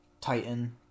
titan